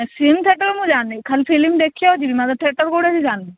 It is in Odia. ନା ସେମ୍ ଥିଏଟର୍ ମୁଁ ଜାଣିନି ଖାଲି ଫିଲ୍ମ ଦେଖିବାକୁ ଯିବି ମଗର ଥିଏଟର୍ କୋଉଟା ମୁଁ ଜାଣିନି